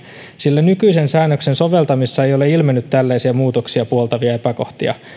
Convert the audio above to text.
sillä nykyisen säännöksen soveltamisessa ei ole ilmennyt tällaisia muutoksia puoltavia epäkohtia